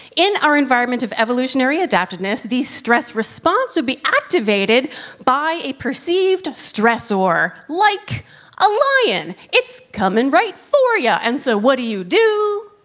in our environment of evolutionary adaptiveness, the stress response would be activated by a perceived stressor, like a lion! it's coming right for ya. and so what do you do?